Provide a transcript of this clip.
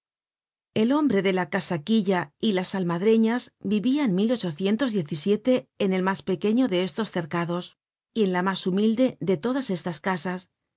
el hombre de la casaquilla y las almadreñas vivia en en el mas pequeño de estos cercados y en la mas humilde de todas estas casas